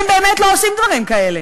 הם באמת לא עושים דברים כאלה.